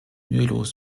mühelos